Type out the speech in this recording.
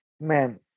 man